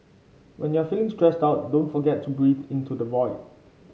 when you are feeling stressed out don't forget to breathe into the void